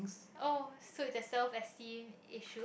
oh so it's your self esteem issue